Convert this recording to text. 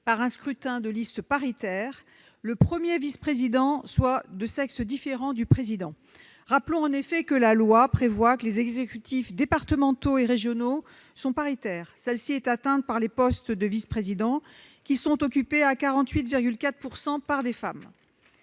par un scrutin de liste paritaire, le premier vice-président soit de sexe différent du président. Rappelons-le en effet, la loi prévoit que les exécutifs départementaux et régionaux sont paritaires. La parité est atteinte pour les postes de vice-président, qui sont occupés à 48,4 % par des femmes.